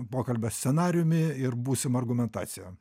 pokalbio scenarijumi ir būsima argumentacija